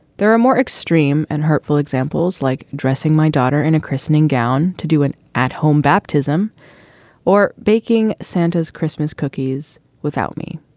there are more extreme and hurtful examples like dressing my daughter in a christening gown to do an at home baptism or baking santo's christmas cookies without me.